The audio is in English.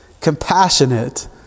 compassionate